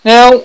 Now